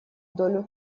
долю